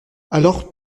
alors